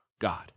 God